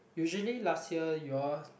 usually last year you all